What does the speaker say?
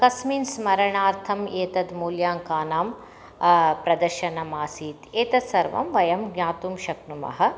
कस्मिन् स्मरणार्थम् एतद् मूल्याङ्कानां प्रदर्शनमासीत् एतत् सर्वं वयं ज्ञातुं शक्नुमः